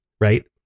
Right